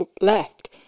left